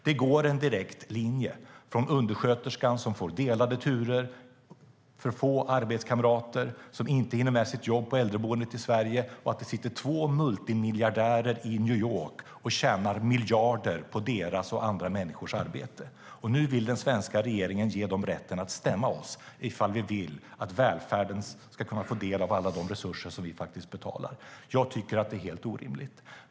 Det går en direkt linje från undersköterskan som får delade turer och för få arbetskamrater och som inte hinner med sitt jobb på äldreboendet i Sverige till två multimiljardärer som sitter i New York och tjänar miljarder på hennes och andra människors arbete. Och nu vill den svenska regeringen ge dem rätten att stämma oss ifall vi vill att välfärden ska kunna få del av alla de resurser som vi faktiskt betalar. Jag tycker att det är helt orimligt.